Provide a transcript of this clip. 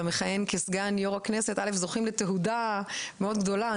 מכהן כסגן יו"ר הכנסת זוכים לתהודה מאוד גדולה.